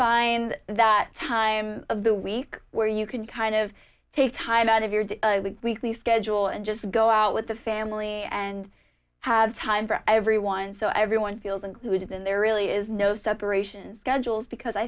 find that time of the week where you can kind of take time out of your weekly schedule and just go out with the family and have time for everyone so everyone feels included and there really is no separation schedules because i